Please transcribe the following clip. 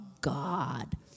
God